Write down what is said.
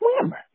swimmer